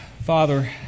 Father